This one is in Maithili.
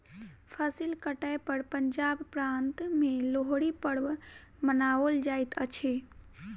फसिल कटै पर पंजाब प्रान्त में लोहड़ी पर्व मनाओल जाइत अछि